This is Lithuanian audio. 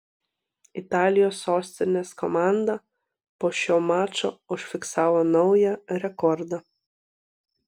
italijos sostinės komanda po šio mačo užfiksavo naują rekordą